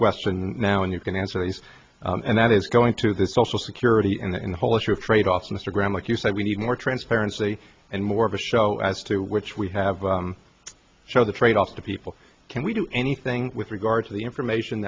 question now and you can answer these and that is going to the social security and then the whole issue of trade off mr graham like you say we need more transparency and more of a show as to which we have show the trade off to people can we do anything with regard to the information